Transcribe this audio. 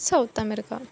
south America